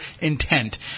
intent